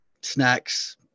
snacks